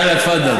יאללה, תפדל.